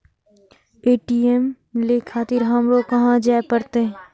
ATM ले खातिर हमरो कहाँ जाए परतें?